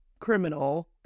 criminal